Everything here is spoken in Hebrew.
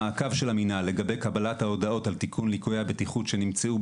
המעקב של המינהל לגבי קבלת ההודעות על תיקון ליקויי הבטיחות שנמצאים,